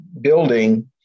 building